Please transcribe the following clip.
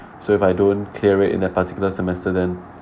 so if I don't clear it in that particular semester then